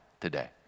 today